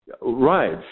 Right